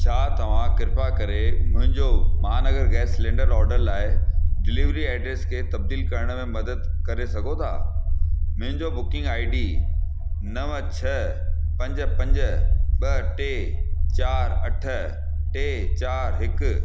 छा तव्हां कृपा करे मुहिंजो महानगर गैस सिलेंडर ऑडर लाइ डिलेवरी एड्रस खे तब्दील करण में मदद करे सघो था मुहिंजो बुकिंग आई डी नव छ पंज पंज ॿ टे चारि अठ टे चारि हिकु